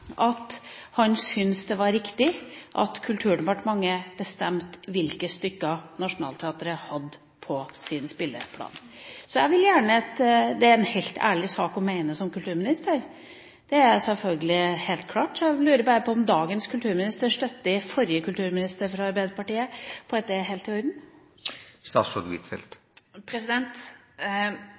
at han syntes det var riktig at Kulturdepartementet bestemte hvilke stykker Nationaltheatret hadde på sin spilleplan. Det er en helt ærlig sak å mene som kulturminister – det er selvfølgelig helt klart. Så jeg lurer bare på om dagens kulturminister støtter forrige kulturminister fra Arbeiderpartiet på at det er helt i orden.